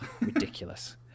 Ridiculous